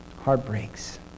Heartbreaks